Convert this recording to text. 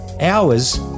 hours